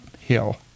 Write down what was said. Hill